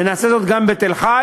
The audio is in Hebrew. ונעשה זאת גם בתל-חי,